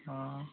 ও